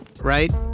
right